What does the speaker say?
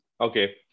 Okay